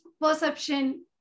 perception